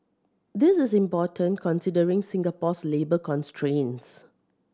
this is important considering Singapore's labour constraints